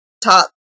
top